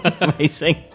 amazing